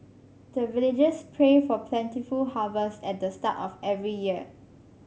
the villagers pray for plentiful harvest at the start of every year